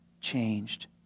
changed